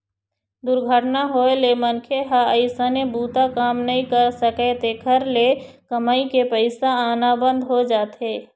दुरघटना होए ले मनखे ह अइसने बूता काम नइ कर सकय, जेखर ले कमई के पइसा आना बंद हो जाथे